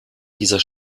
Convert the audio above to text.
dieser